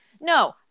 No